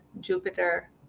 Jupiter